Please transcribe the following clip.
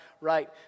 right